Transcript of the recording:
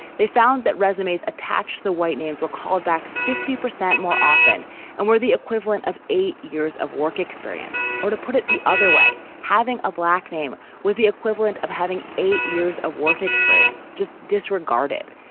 they found that resume's attach, the white names were called back fifty percent more often and were the equivalent of eight years of work experience. or, to put it the other way, having a black name was the equivalent of having eight years of work experience. just disregard it.